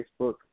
Facebook